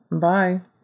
Bye